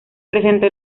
presentó